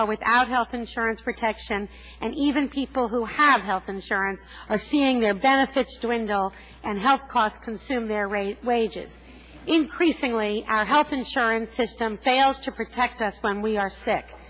are without health insurance protection and even people who have health insurance are seeing their benefits to rendel and health costs consume their raise wages increasingly our health insurance system fails to protect us from we are sick